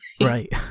right